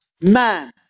man